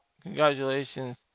congratulations